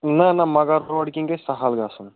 نہَ نہَ مُغل روڈٕ کِنۍ گَژھِ سَہل گَژھُن